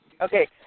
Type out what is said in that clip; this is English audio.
Okay